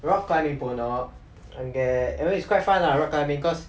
rock climbing போனோம் அங்க:ponom anga I mean it's quite fun lah rock climbing cause